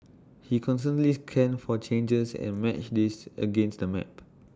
he constantly scanned for changes and matched these against the map